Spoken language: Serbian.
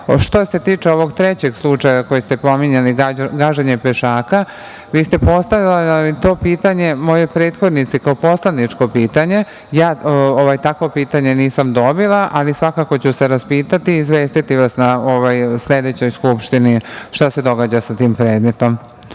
se tiče ovog trećeg slučaja koji ste spominjali - gaženje pešaka vi ste postavljali to pitanje mojoj prethodnici kao poslaničko pitanje, ja takvo pitanje nisam dobila, ali svakako ću se raspitati i izvestiti vas na sledećoj Skupštini šta se događa sa tim predmetom.